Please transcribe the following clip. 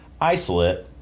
isolate